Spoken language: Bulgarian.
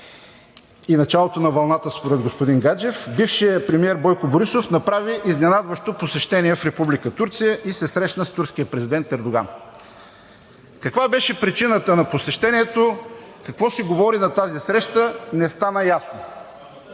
и началото на вълната според господин Гаджев, бившият премиер Бойко Борисов направи изненадващо посещение в Република Турция и се срещна с турския президент Ердоган. Каква беше причината на посещението, какво се е говорило на тази среща не стана ясно.